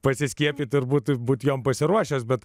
pasiskiepyti ir būti būti joms pasiruošęs bet